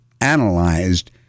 analyzed